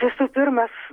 visų pirmas